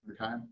Okay